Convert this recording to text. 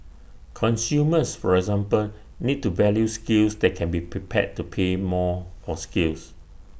consumers for example need to value skills that can be prepared to pay more for skills